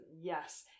yes